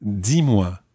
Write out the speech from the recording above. dis-moi